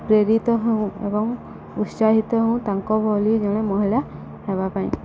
ପ୍ରେରିତ ହେଉ ଏବଂ ଉତ୍ସାହିତ ହେଉ ତାଙ୍କ ଭଳି ଜଣେ ମହିଳା ହେବା ପାଇଁ